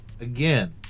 again